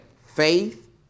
faith